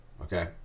Okay